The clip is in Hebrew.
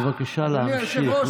בבקשה להמשיך.